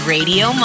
Radio